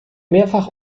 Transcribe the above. mehrfach